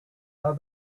are